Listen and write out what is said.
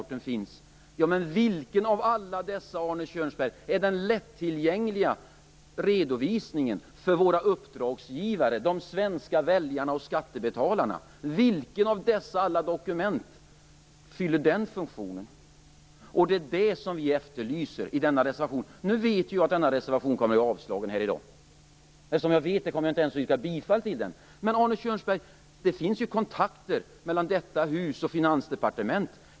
Men, Arne Kjörnsberg, finns det bland dessa någon lättillgänglig redovisning för våra uppdragsgivare, de svenska väljarna och skattebetalarna? Vilket av alla dessa dokument fyller den funktionen? Det är det som vi efterlyser i reservation 1. Jag vet att denna reservation kommer att bli avslagen i dag, och eftersom jag vet det kommer jag inte ens att yrka bifall till den. Men, Arne Kjörnsberg, det finns ju kontakter mellan detta hus och Finansdepartementet.